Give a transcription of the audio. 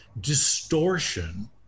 distortion